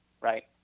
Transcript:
Right